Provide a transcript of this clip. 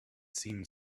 seemed